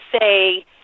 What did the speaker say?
say